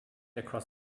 across